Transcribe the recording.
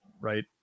right